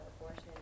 abortion